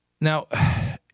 Now